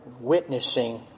witnessing